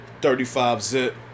35-zip